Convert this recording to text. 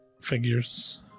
figures